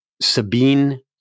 Sabine